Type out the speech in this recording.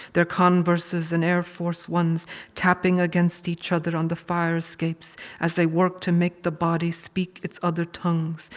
their converses and air force ones tapping against each other on the fire escapes as they worked to make the body speak its other tongues,